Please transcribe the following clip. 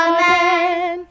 Amen